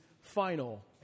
final